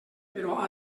però